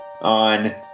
on